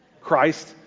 Christ